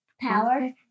power